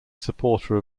supporter